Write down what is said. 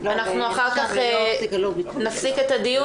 אחר כך נפסיק את הדיון